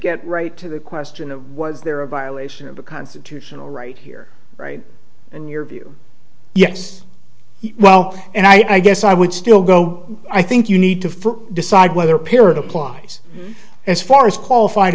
get right to the question of was there a violation of the constitutional right here in your view yes well and i guess i would still go i think you need to decide whether period applies as far as qualified